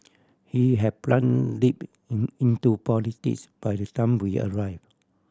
he had plunge deep in into politics by the time we arrive